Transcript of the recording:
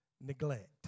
neglect